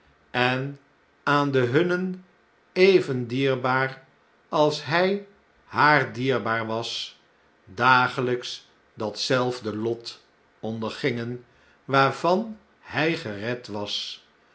en aan de hunnen even dierbaar als hjj haar dierbaar was dageljjks dat zelfde lot ondergingen waarvan hij gered was